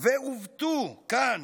ועוּותו כאן